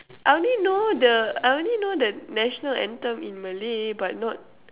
I only know the I only know the national anthem in Malay but not